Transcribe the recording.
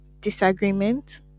disagreement